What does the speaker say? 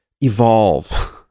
evolve